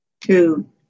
two